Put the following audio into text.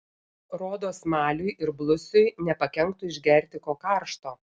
rodos maliui ir blusiui nepakenktų išgerti ko karšto